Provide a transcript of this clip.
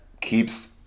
keeps